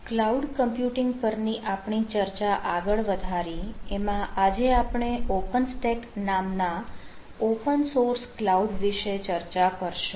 cloud computing પરની આપણી ચર્ચા આગળ વધારી એમાં આજે આપણે ઓપન સ્ટેક નામ ના ઓપન સોર્સ કલાઉડ વિશે ચર્ચા કરશું